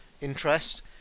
interest